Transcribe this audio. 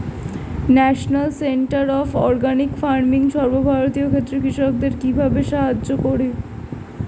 National centre of organic farming সর্বভারতীয় ক্ষেত্রে কৃষকদের কিভাবে সাহায্য করে?